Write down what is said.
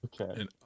Okay